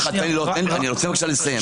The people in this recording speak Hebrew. אני רוצה לסיים.